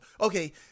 Okay